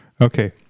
okay